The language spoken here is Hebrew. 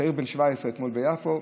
צעיר בן 17 אתמול ביפו,